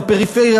בפריפריה,